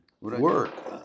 Work